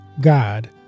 God